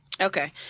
okay